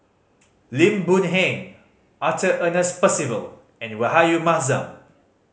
Lim Boon Heng Arthur Ernest Percival and Rahayu Mahzam